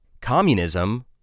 Communism